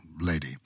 Lady